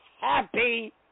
happy